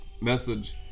message